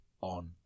on